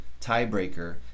tiebreaker